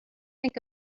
think